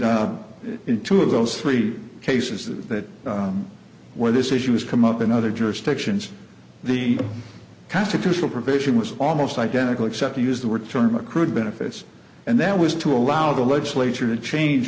in two of those three cases that where this issue has come up in other jurisdictions the constitutional provision was almost identical except to use the word term accrued benefits and that was to allow the legislature to change